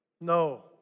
No